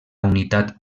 unitat